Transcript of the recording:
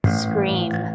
scream